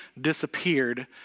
disappeared